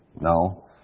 No